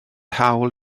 hawl